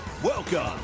Welcome